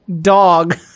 dog